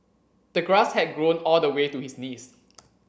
the grass had grown all the way to his knees